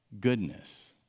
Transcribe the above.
goodness